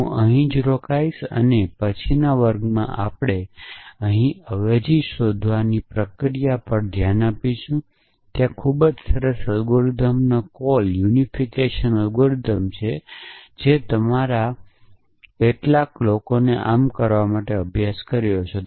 હું અહીં જ રોકાઈશ અને પછીના વર્ગમાં આપણે અહીં અવેજી શોધવાની આ પ્રક્રિયા પર ધ્યાન આપીશું અને ત્યાં ખૂબ સરસ યુનિફિકેશન એલ્ગોરિધમ છે જે તમારા કેટલાક લોકોએ અભ્યાસ કર્યો હશે